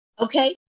Okay